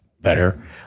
better